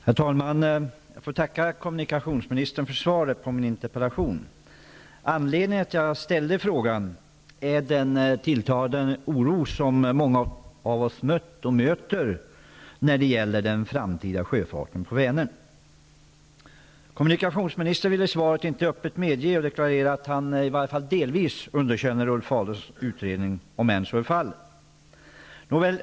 Herr talman! Jag får tacka kommunikationsministern för svaret på min interpellation. Anledningen till att jag ställde interpellationen är den tilltagande oro som många av oss mött och möter när det gäller den framtida sjöfarten på Kommunikationsministern vill i svaret inte öppet medge eller deklarera att han i varje fall delvis underkänner Ulf Adelsohns utredning, även om så är fallet.